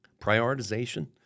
prioritization